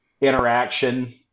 interaction